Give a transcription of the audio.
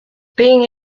being